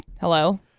Hello